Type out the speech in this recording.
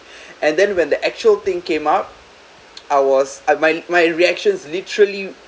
and then when the actual thing came up I was uh my my reactions literally